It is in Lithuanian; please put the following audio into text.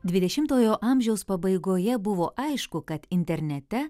dvidešimtojo amžiaus pabaigoje buvo aišku kad internete